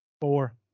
Four